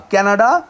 Canada